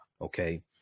Okay